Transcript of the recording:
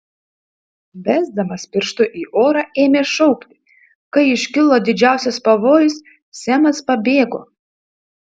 besdamas pirštu į orą ėmė šaukti kai iškilo didžiausias pavojus semas pabėgo